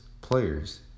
players